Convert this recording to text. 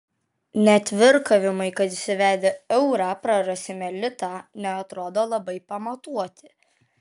net virkavimai kad įsivedę eurą prarasime litą neatrodo labai pamatuoti